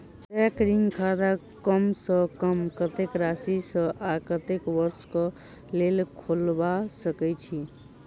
recurring खाता कम सँ कम कत्तेक राशि सऽ आ कत्तेक वर्ष कऽ लेल खोलबा सकय छी